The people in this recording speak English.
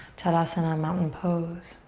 tadasana, mountain pose.